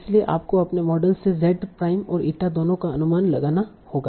इसलिए आपको अपने मॉडल से z प्राइम और ईटा दोनों का अनुमान लगाना होगा